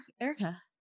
Erica